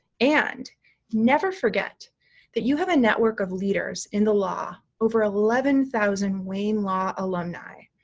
and never forget that you have a network of leaders in the law, over eleven thousand wayne law alumni,